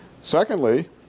Secondly